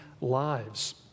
lives